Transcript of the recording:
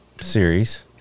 series